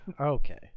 Okay